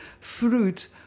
fruit